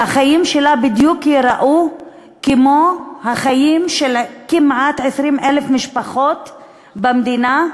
החיים שלה ייראו בדיוק כמו החיים של כמעט 20,000 משפחות במדינה,